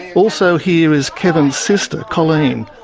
also here is kevin's sister, colleen.